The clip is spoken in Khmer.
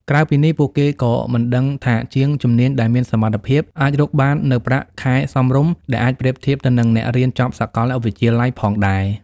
ក្រៅពីនេះ ពួកគេក៏មិនដឹងថាជាងជំនាញដែលមានសមត្ថភាព អាចរកបាននូវប្រាក់ខែសមរម្យ ដែលអាចប្រៀបធៀបទៅនឹងអ្នករៀនចប់សាកលវិទ្យាល័យផងដែរ។